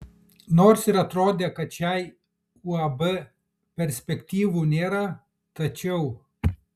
nors ir atrodė kad šiai uab perspektyvų nėra tačiau